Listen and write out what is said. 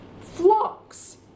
Flocks